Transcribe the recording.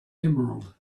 emerald